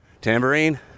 Tambourine